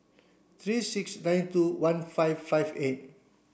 three six nine two one five five eight